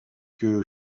que